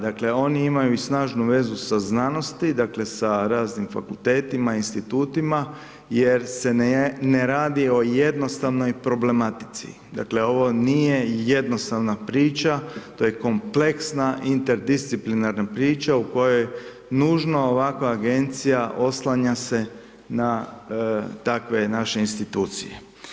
Dakle, oni imaju i snažnu vezu sa znanosti, dakle sa raznim fakultetima i institutima jer se ne radi o jednostavnoj problematici, dakle ovo nije jednostavna priča, to je kompleksna interdisciplinarna priča u kojoj nužno ovakva agencija oslanja se na takve naše institucije.